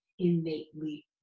Innately